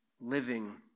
living